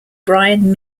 brian